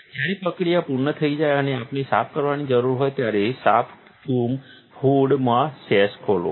જ્યારે પ્રક્રિયા પૂર્ણ થઈ જાય અને આપણે સાફ કરવાની જરૂર હોય ત્યારે સાફ ફ્યુમ હૂડ માં સેશ ખોલો